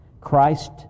Christ